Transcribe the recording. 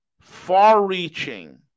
far-reaching